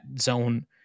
zone